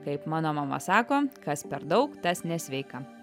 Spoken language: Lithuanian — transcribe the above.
kaip mano mama sako kas per daug tas nesveika